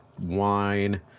wine